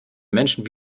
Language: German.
menschen